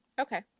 okay